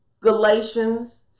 Galatians